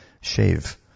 shave